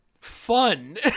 fun